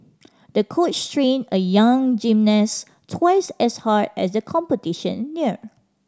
the coach trained a young gymnast twice as hard as the competition neared